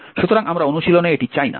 সুতরাং আমরা অনুশীলনে এটি চাই না